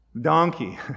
Donkey